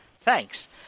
Thanks